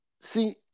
see